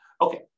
Okay